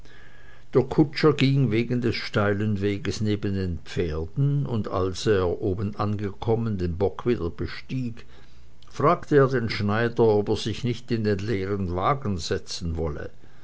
der kutscher ging wegen des steilen weges neben den pferden und als er oben angekommen den bock wieder bestieg fragte er den schneider ob er sich nicht in den leeren wagen setzen wolle